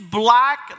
black